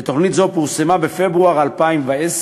ותוכנית זו פורסמה בפברואר 2010,